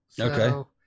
okay